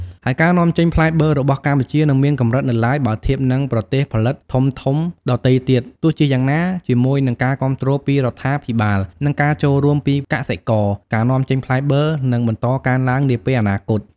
ហើយការនាំចេញផ្លែបឺររបស់កម្ពុជានៅមានកម្រិតនៅឡើយ បើធៀបនឹងប្រទេសផលិតធំៗដទៃទៀត ទោះជាយ៉ាងណា ជាមួយនឹងការគាំទ្រពីរដ្ឋាភិបាល និងការចូលរួមពីកសិករ ការនាំចេញផ្លែបឺរនឹងបន្តកើនឡើងនាពេលអនាគត។